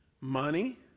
money